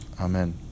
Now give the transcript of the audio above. Amen